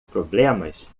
problemas